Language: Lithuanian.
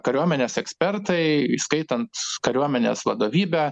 kariuomenės ekspertai įskaitant kariuomenės vadovybę